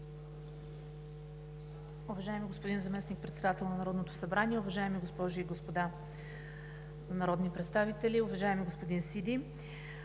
Уважаеми господин Заместник-председател на Народното събрание, уважаеми госпожи и господа народни представители! Уважаеми господин Сиди,